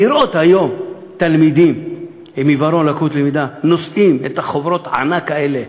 לראות היום תלמידים עם עיוורון ולקות למידה נושאים את חוברות הענק האלה,